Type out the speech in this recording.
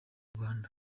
abantu